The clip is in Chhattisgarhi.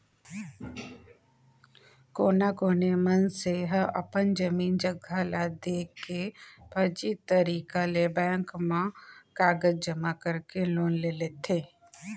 कोनो कोना मनसे ह अपन जमीन जघा ल देखा के फरजी तरीका ले बेंक म कागज जमा करके लोन ले लेथे